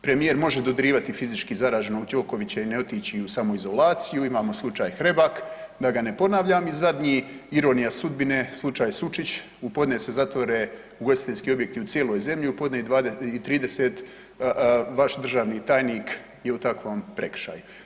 Premijer može dodirivati fizički zaraženog Đokovića i ne otići u samoizolaciju, imamo slučaj Hrebak da ga ne ponavljam i zadnji ironija sudbine slučaj Sučić u podne se zatvore ugostiteljski objekti u cijeloj zemlji, u podne i 20, i 30 vaš državni tajnik je u takvom prekršaj.